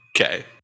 okay